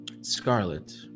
Scarlet